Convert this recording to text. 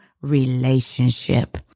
relationship